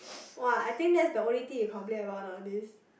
[wah] I think that's the only thing you complain about nowadays